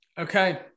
Okay